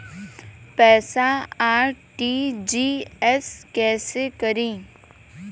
पैसा आर.टी.जी.एस कैसे करी?